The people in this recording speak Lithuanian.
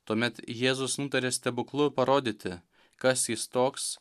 tuomet jėzus nutarė stebuklu parodyti kas jis toks